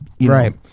Right